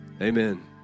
Amen